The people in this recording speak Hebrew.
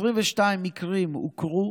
22 מקרים הוכרו